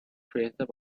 created